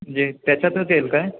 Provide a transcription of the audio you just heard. म्हणजे त्याच्यातच येईल काय